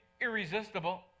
irresistible